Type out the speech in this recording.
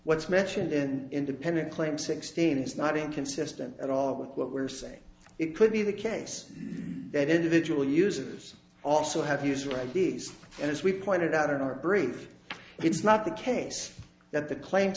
what's mentioned an independent claim sixteen is not inconsistent at all but what we're saying it could be the case that individual users also have use right and as we pointed out in our brief it's not the case that the claim